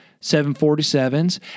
747s